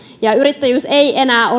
yrittäjyys ei enää ole